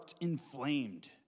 inflamed